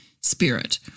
spirit